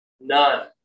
None